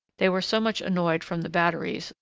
they were so much annoyed from the batteries,